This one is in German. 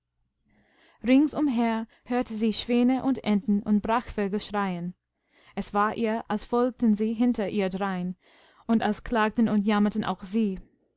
rings umher hörte sie schwäne und enten und brachvögel schreien es war ihr als folgten sie hinter ihr drein und als klagten und jammerten auch sie